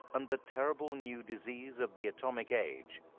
and the terrible new disease of the atomic age,